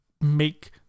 make